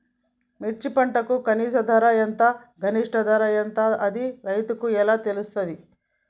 మిర్చి పంటకు కనీస ధర ఎంత గరిష్టంగా ధర ఎంత అది రైతులకు ఎలా తెలుస్తది?